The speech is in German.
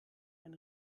ein